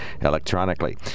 electronically